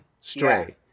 Stray